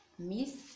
Miss